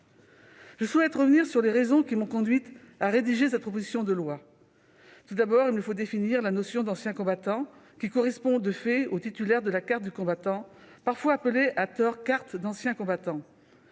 Je souhaite revenir sur les raisons qui m'ont conduite à rédiger cette proposition de loi. Tout d'abord, il me faut définir la notion d'« anciens combattants », qui correspond de fait aux titulaires de la carte du combattant, parfois appelée à tort carte d'« ancien combattant